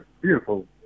beautiful